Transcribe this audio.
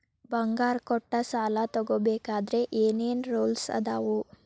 ಬಂಗಾರ ಕೊಟ್ಟ ಸಾಲ ತಗೋಬೇಕಾದ್ರೆ ಏನ್ ಏನ್ ರೂಲ್ಸ್ ಅದಾವು?